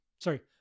sorry